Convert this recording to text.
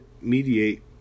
mediate